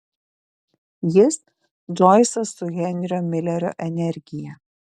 jis džoisas su henrio milerio energija